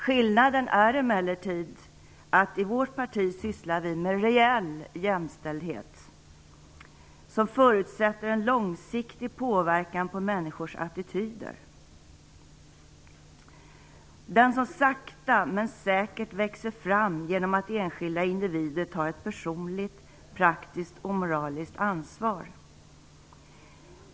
Skillnaden är emellertid att i vårt parti sysslar vi med reell jämställdhet, som förutsätter en långsiktig påverkan på människors attityder, den som sakta men säkert växer fram genom att enskilda individer tar ett personligt, praktiskt och moraliskt ansvar.